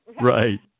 Right